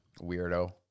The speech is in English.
weirdo